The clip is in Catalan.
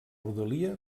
rodalia